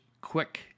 quick